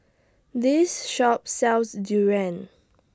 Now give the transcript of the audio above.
This Shop sells Durian